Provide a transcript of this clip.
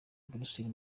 buruseli